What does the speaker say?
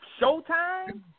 showtime